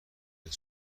نصف